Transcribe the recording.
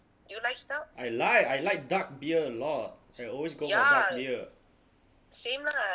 I like I like dark beer a lot I always go for dark beer